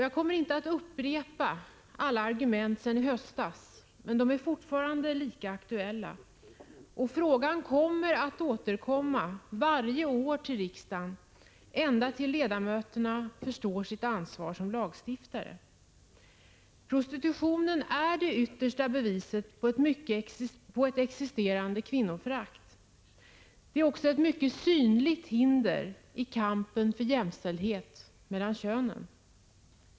Jag kommer inte att upprepa alla argumenten från i höstas, men de är fortfarande lika aktuella. Frågan skall återkomma varje år till riksdagen, ända tills ledamöterna förstår sitt ansvar som lagstiftare. Prostitutionen är det yttersta beviset på ett existerande kvinnoförakt. Det är också ett synligt hinder i kampen för jämställdhet mellan könen.